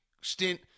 stint